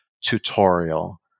tutorial